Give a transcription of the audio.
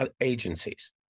agencies